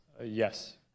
Yes